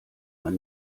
man